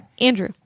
Andrew